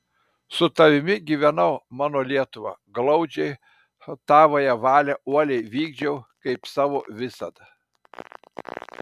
su tavimi gyvenau mano lietuva glaudžiai tavąją valią uoliai vykdžiau kaip savo visad